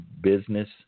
business